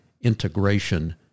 integration